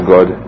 God